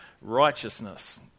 righteousness